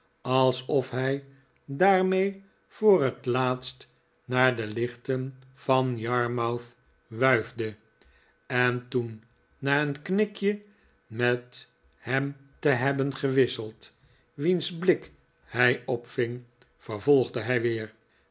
alsof hij daarmee voor het laatst naar de lichten van yarmouth wuifde en toen na een knikje met ham te hebben gewisseld wiens blik hij opving vervolgde hij weer